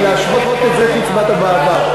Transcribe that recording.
ולהשוות את זה לאיך שהצבעת בעבר.